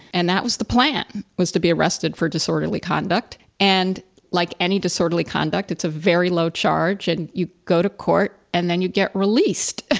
and that was the plan, was to be arrested for disorderly conduct. and like any disorderly conduct, it's a very low charge, and you go to court, and then you get released.